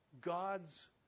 God's